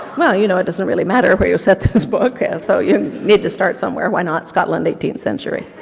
well you know, it doesn't really matter where you set this book, okay so you need to start somewhere, why not scotland, eighteenth century?